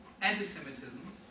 anti-Semitism